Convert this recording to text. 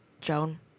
Joan